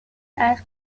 ask